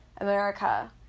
America